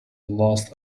last